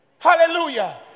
Hallelujah